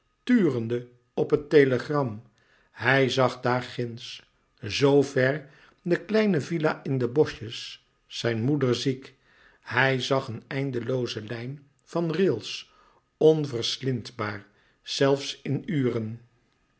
turende op het telegram hij zag daarginds zoo ver de kleine villa in de boschjes zijn moeder ziek hij zag een eindelooze lijn van rails onverslindbaar zelfs in uren